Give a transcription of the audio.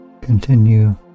Continue